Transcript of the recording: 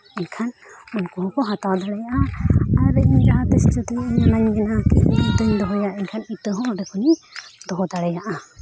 ᱮᱱᱠᱷᱟᱱ ᱩᱱᱠᱩ ᱦᱚᱸᱠᱚ ᱦᱟᱛᱟᱣ ᱫᱟᱲᱮᱭᱟᱜᱼᱟ ᱟᱨ ᱤᱧ ᱡᱟᱦᱟᱸ ᱛᱤᱥ ᱡᱩᱫᱤ ᱚᱱᱟᱧ ᱢᱮᱱᱟ ᱠᱤ ᱤᱧ ᱤᱛᱟᱹᱧ ᱫᱚᱦᱚᱭᱟ ᱮᱱᱠᱷᱟᱱ ᱤᱛᱟᱹ ᱦᱚᱸ ᱚᱸᱰᱮ ᱠᱷᱚᱱᱤᱧ ᱫᱚᱦᱚ ᱫᱟᱲᱮᱭᱟᱜᱼᱟ